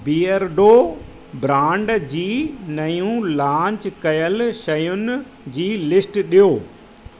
बीयरडो brand जी नयूं launch कयल शयुनि जी लिस्ट ॾियो